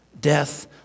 Death